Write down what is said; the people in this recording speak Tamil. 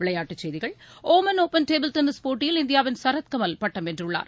விளையாட்டுச் செய்திகள் ஒமன் ஒப்பன் டேபிள் டென்னிஸ் போட்டியில் இந்தியாவின் சரத் கமல் பட்டம் வென்றுள்ளார்